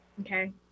Okay